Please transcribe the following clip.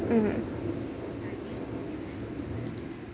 um